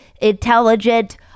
intelligent